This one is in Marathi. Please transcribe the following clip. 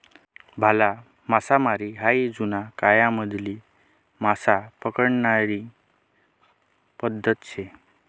भाला मासामारी हायी जुना कायमाधली मासा पकडानी पद्धत शे